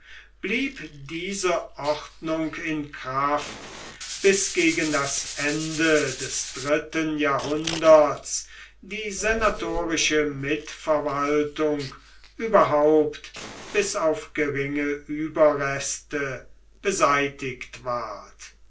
blieb diese ordnung in kraft bis gegen das ende des dritten jahrhunderts die senatorische mitverwaltung überhaupt bis auf geringe überreste beseitigt ward